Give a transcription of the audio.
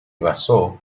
basó